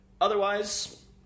Otherwise